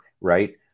right